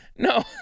No